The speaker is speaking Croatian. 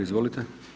Izvolite.